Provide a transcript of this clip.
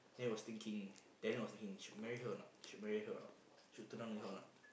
then he was thinking Daniel was thinking should marry her or not should marry her or not should marry her or not